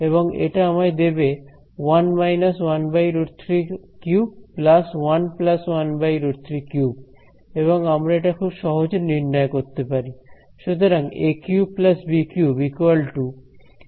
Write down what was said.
এবং এটা আমায় দেবে 1 − 1√33 1 1√33 এবং আমরা এটা খুব সহজে নির্ণয় করতে পারি